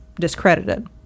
discredited